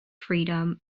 freedom